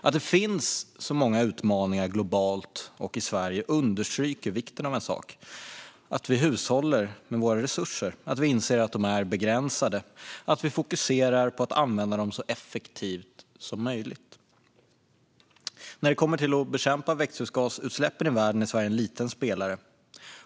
Att det finns så många utmaningar globalt och i Sverige understryker vikten av en sak: att vi hushållar med våra resurser. Vi behöver inse att de är begränsade och fokusera på att använda dem så effektivt som möjligt. När det kommer till att bekämpa växthusgasutsläppen i världen är Sverige en liten spelare.